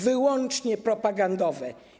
Wyłącznie propagandowe.